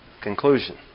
conclusion